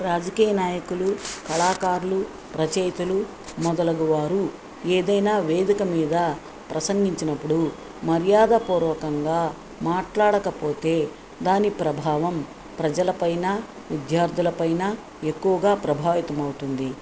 రాజకీయ నాయకులు కళాకారులు రచయితలు మొదలగు వారు ఏదైనా వేదిక మీద ప్రసంగించినప్పుడు మర్యాద పూర్వకంగా మాట్లాడకపోతే దాని ప్రభావం ప్రజలపైన విద్యార్థుల పైన ఎక్కువగా ప్రభావితం అవుతుంది